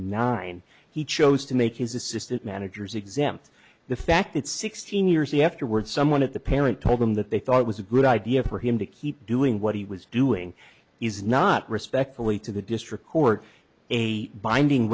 nine he chose to make his assistant managers exempt the fact that sixteen years afterward someone at the parent told him that they thought it was a good idea for him to keep doing what he was doing is not respectfully to the district court a binding